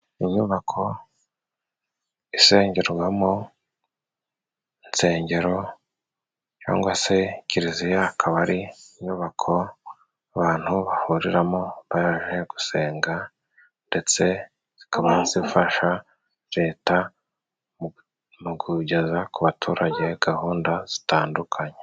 Inyubako isengerwamo insengero cyangwa se kiliziya. Akaba ari inyubako abantu bahuriramo baje gusenga. Ndetse zikaba zifasha Leta mu kugeza ku baturage gahunda zitandukanye.